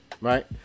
right